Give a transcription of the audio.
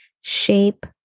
shape